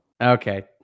okay